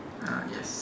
uh yes